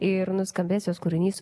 ir nuskambės jos kūrinys